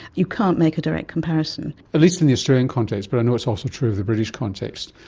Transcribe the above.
you can't make a direct comparison. at least in the australian context, but i know it's also true of the british context,